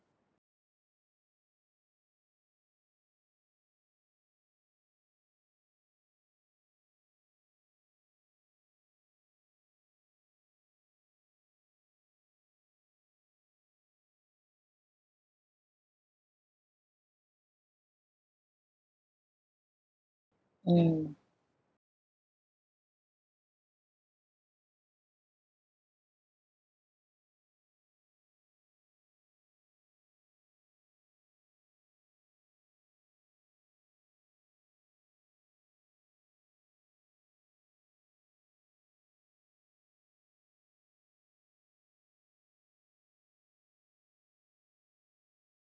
mm